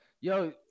Yo